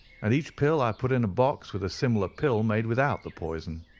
and each pill i put in a box with a similar pill made without the poison.